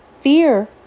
Fear